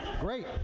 Great